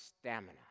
stamina